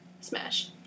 Smash